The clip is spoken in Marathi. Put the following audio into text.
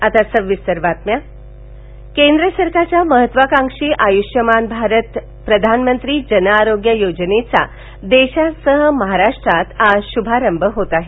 आरोग्ययोजनाः केंद्र सरकारच्या महत्वाकांक्षी आयुष्यमान भारत प्रधानमंत्री जनआरोग्य योजनेचा देशासह महाराष्ट्रात आज शुभारंभ होत आहे